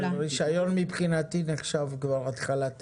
רישיון מבחינתי נחשב התחלת תהליך.